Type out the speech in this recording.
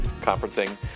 conferencing